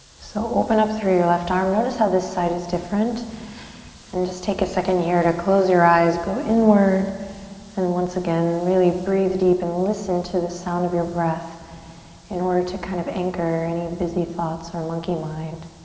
so open up through your left arm. notice how this side is different and just take a second here to close your eyes, go inward and, once again, really breathe deep and listen to the sound of your breath in order to kind of anchor any busy thoughts or monkey mind.